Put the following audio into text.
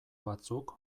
batzuk